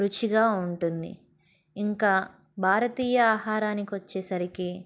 రుచిగా ఉంటుంది ఇంకా భారతీయ ఆహారానికోచ్చేసరికి